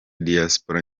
diaspora